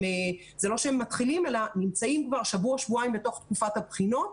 זה לא שהם מתחילים אלא נמצאים כבר שבוע-שבועיים בתוך תקופת הבחינות,